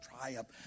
triumph